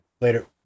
Later